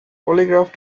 polygraph